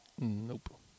Nope